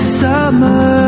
summer